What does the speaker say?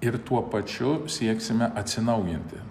ir tuo pačiu sieksime atsinaujinti